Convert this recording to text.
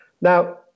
Now